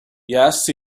yet